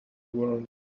world